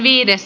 asia